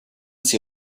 sie